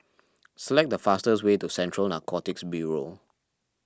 select the fastest way to Central Narcotics Bureau